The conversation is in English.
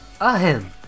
Ahem